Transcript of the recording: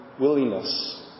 willingness